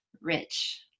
rich